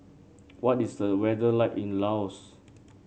what is the weather like in Laos